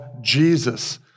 Jesus